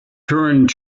turned